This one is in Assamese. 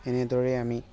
এনেদৰে আমি